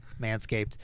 Manscaped